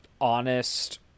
honest